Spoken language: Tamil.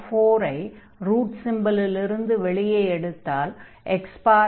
x4 ஐ ரூட் சிம்பலில் இருந்து வெளியே எடுக்க வேண்டும்